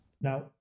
Now